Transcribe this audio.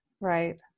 right